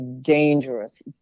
dangerous